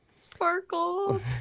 sparkles